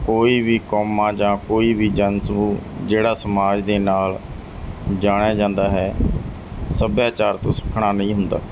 ਕੋਈ ਵੀ ਕੌਮਾਂ ਜਾਂ ਕੋਈ ਵੀ ਜਨ ਸਮੂਹ ਜਿਹੜਾ ਸਮਾਜ ਦੇ ਨਾਲ ਜਾਣਿਆ ਜਾਂਦਾ ਹੈ ਸੱਭਿਆਚਾਰ ਤੋਂ ਸੱਖਣਾ ਨਹੀਂ ਹੁੰਦਾ